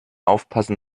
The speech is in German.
aufpassen